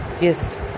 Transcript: yes